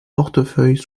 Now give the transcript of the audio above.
portefeuille